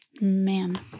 man